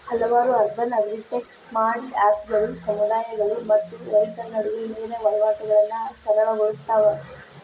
ಹಲವಾರು urban agritech ಸ್ಟಾರ್ಟ್ಅಪ್ಗಳು ಸಮುದಾಯಗಳು ಮತ್ತು ರೈತರ ನಡುವೆ ನೇರ ವಹಿವಾಟುಗಳನ್ನಾ ಸರಳ ಗೊಳ್ಸತಾವ